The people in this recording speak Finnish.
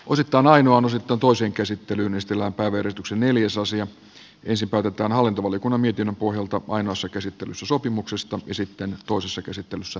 uusitaan aina on uusittu toisen käsittelyn estelläpä verotuksen neljäsosia ensin päätetään hallintovaliokunnan mietinnön pohjalta ainoassa käsittelyssä sopimuksesta ja sitten toisessa käsittelyssä